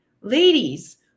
ladies